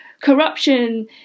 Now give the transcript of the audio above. corruption